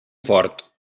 fort